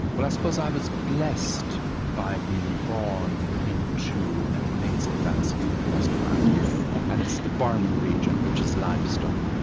well, i suppose i was blessed by being born into an amazing landscape in the west of um ireland. and it's the burren region, which is limestone.